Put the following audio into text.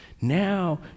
Now